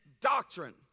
doctrine